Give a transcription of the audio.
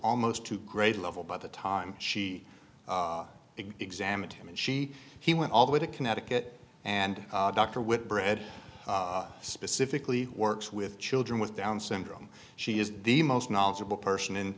almost to grade level by the time she examined him and she he went all the way to connecticut and dr whitbread specifically works with children with down syndrome she is the most knowledgeable person in